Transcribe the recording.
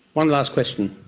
one last question.